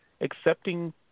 accepting